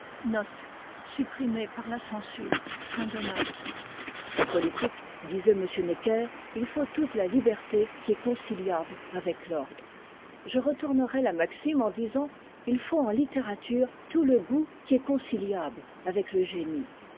en politiqué disait m necker t am om e la liberté qui est cokcmta e avec l'ordre je retournerais la maxime en disant it faut en littérature tout le goût qui est conciliable avec le génie